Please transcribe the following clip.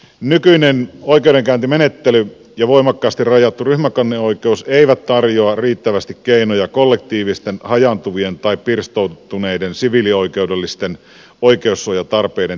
nykyinen oikeudenkäyntimenettely ja voimakkaasti rajattu ryhmäkanneoikeus eivät tarjoa riittävästi keinoja kollektiivisten hajaantuvien tai pirstoutuneiden siviilioikeudellisten oikeussuojatarpeiden tyydyttämiseen